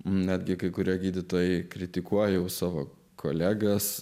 netgi kai kurie gydytojai kritikuoja savo kolegas